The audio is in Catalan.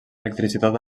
electricitat